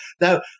Now